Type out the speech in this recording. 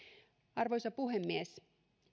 arvoisa puhemies